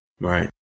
Right